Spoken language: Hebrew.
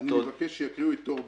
אני מבקש שיקראו את טור ב',